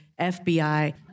FBI